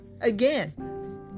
again